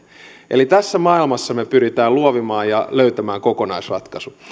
eli tässä maailmassa me pyrimme luovimaan ja löytämään kokonaisratkaisun